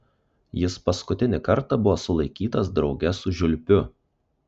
jis paskutinį kartą buvo sulaikytas drauge su žiulpiu